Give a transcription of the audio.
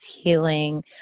healing